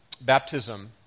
Baptism